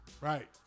Right